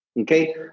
okay